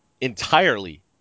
entirely